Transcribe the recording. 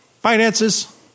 finances